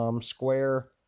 square